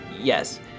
yes